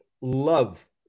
love